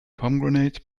pomegranate